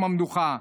יום המנוחה.